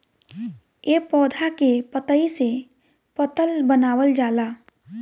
ए पौधा के पतइ से पतल बनावल जाला